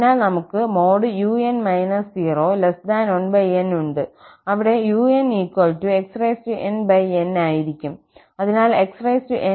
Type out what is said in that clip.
അതിനാൽ നമുക്ക് un 01nഉണ്ട് അവിടെunxnn ആയിരിക്കും അതിനാൽ xnn